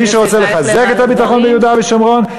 מי שרוצה לחזק את הביטחון ביהודה ושומרון,